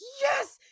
yes